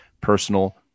personal